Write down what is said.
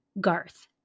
Garth